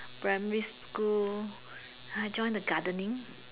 primary school I joined the gardening